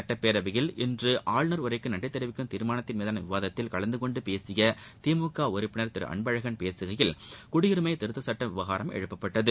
சுட்டப்பேரவையில் இன்று ஆளுநர் உளரக்கு நன்றி தெரிவிக்கும் தீர்மானத்தின் மீதான விவாதத்தில் கலந்துகொண்டு பேசிய திமுக உறுப்பினர் திரு அன்பழகன் பேசுகையில் குடியுரிமை திருத்த சுட்டம் விவகாரம் எழுப்பப்பட்டது